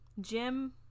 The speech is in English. Jim